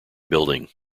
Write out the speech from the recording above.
building